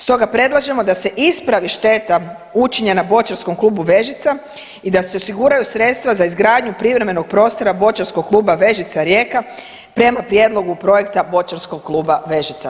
Stoga predlažemo da se ispravi šteta učinjena Boćarskom klubu Vežica i da se osiguraju sredstva za izgradnju privremenog prostora Boćarskog kluba Vežica Rijeka prema prijedlogu projekta Boćarskog kluba Vežica.